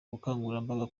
ubukangurambaga